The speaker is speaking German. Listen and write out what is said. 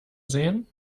sehen